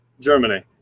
Germany